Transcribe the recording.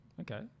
Okay